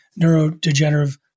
neurodegenerative